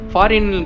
Foreign